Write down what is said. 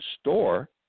store